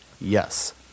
Yes